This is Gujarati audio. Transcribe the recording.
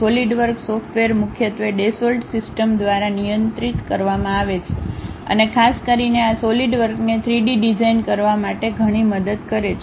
સોલિડવર્ક સોફ્ટવેર મુખ્યત્વે ડેસોલ્ટ સિસ્ટમ્સ દ્વારા નિયંત્રિત કરવામાં આવે છે અને ખાસ કરીને આ સોલિડવર્કને 3 ડી ડિઝાઇન કરવા માટે ઘણી મદદ કરે છે